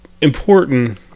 important